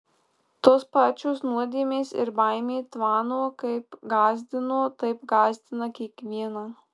tos pačios nuodėmės ir baimė tvano kaip gąsdino taip gąsdina kiekvieną